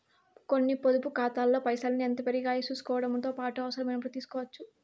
కొన్ని పొదుపు కాతాల్లో పైసల్ని ఎంత పెరిగాయో సూసుకోవడముతో పాటు అవసరమైనపుడు తీస్కోవచ్చు